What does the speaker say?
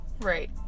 Right